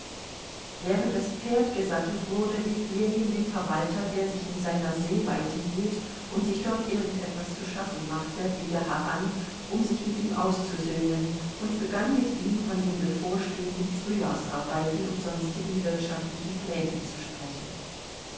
während das pferd gesattelt wurde rief ljewin den verwalter der sich in seiner sehweite hielt und sich dort irgend etwas zu schaffen machte wieder heran um sich mit ihm auszusöhnen und begann mit ihm von den bevorstehenden frühjahrsarbeiten und sonstigen wirtschaftlichen plänen zu sprechen